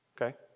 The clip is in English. Okay